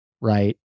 right